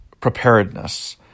preparedness